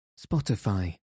Spotify